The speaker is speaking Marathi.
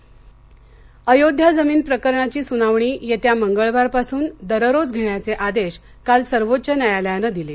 अयोध्या अयोध्या जमीन प्रकणाची सुनावणी येत्या मंगळवारपासून दररोज घेण्याचे आदेश काल सर्वोच्च न्यायालयानं दिले